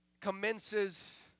commences